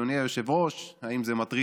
אדוני היושב-ראש: האם זה מטריד,